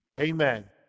Amen